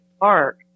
park